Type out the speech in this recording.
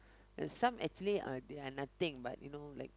and some actually uh they are nothing but you know like